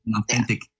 authentic